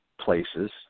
places